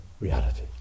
reality